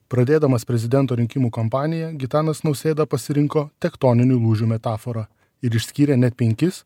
pradėdamas prezidento rinkimų kampaniją gitanas nausėda pasirinko tektoninių lūžių metaforą ir išskyrė net penkis